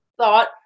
thought